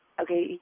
okay